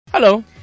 Hello